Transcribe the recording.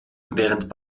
während